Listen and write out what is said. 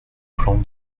plan